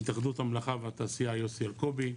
התאחדות המלאכה והתעשיה יוסי אלקובי,